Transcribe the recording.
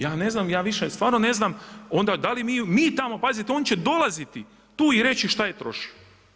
Ja ne znam, ja više stvarno ne znam onda da li mi tamo, pazite on će dolaziti tu i reći šta je trošio.